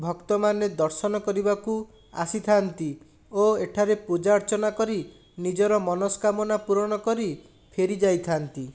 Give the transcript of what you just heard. ଭକ୍ତମାନେ ଦର୍ଶନ କରିବାକୁ ଆସିଥାନ୍ତି ଓ ଏଠାରେ ପୂଜା ଅର୍ଚ୍ଚନା କରି ନିଜର ମନସ୍କାମନା ପୂରଣକରି ଫେରି ଯାଇଥାନ୍ତି